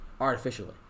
artificially